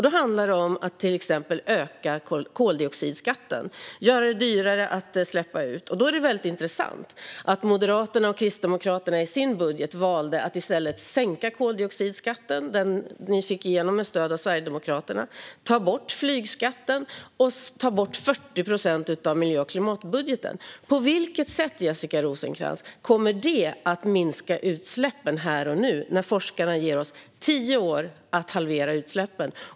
Det handlar till exempel om att öka koldioxidskatten och göra det dyrare att släppa ut. Då är det väldigt intressant att Moderaterna och Kristdemokraterna i sin budget, den de fick igenom med stöd av Sverigedemokraterna, valde att i stället sänka koldioxidskatten, ta bort flygskatten och ta bort 40 procent av miljö och klimatbudgeten. På vilket sätt, Jessica Rosencrantz, kommer det att minska utsläppen här och nu, när forskarna ger oss tio år att halvera utsläppen?